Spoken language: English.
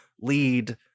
lead